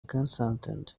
consultant